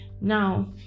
Now